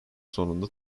sonunda